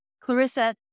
Clarissa